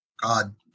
God